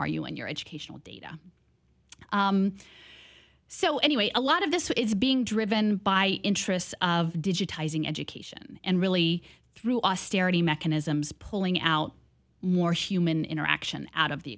are you and your educational data so anyway a lot of this is being driven by interests of digitizing education and really through austerity mechanisms pulling out more human interaction out of the